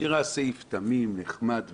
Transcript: נראה סעיף תמים, נחמד וטוב,